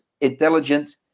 intelligent